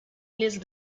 lead